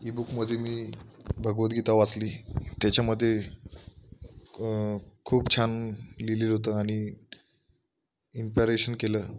इ बुकमध्ये मी भगवद्गीता वाचली त्याच्यामध्ये खूप छान लिहिलेलं होतं आणि इम्पॅरेशन केलं